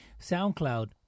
SoundCloud